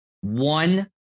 One